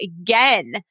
again